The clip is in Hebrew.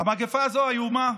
המגפה הזאת איומה,